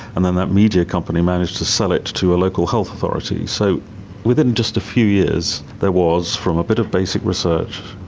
and then that media company managed to sell it to a local health authority. so within just a few years, there was, from a bit of basic research,